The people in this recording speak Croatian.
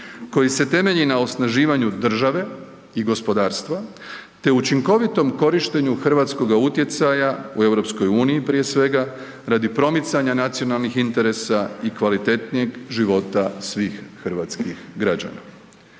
koji se temelji na osnaživanju države i gospodarstva te učinkovitom korištenju hrvatskoga utjecaja u EU prije svega, radi promicanja nacionalnih interesa i kvalitetnijeg života svih hrvatskih građana.